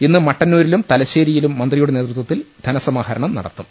ഇന്ന് മട്ടന്നൂരിലും തലശ്ശേരിയിലും മന്ത്രിയുടെ നേതൃത്വത്തിൽ ധനസമാഹരണം നടത്തും